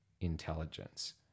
intelligence